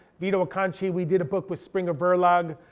vito acconci, we did a book with springer verlag.